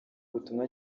butumwa